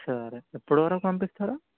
సరే ఎప్పుడు వరకి పంపిస్తారు